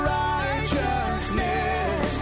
righteousness